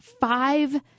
five